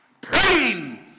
Praying